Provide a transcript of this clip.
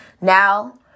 Now